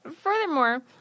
Furthermore